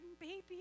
baby